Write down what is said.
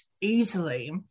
easily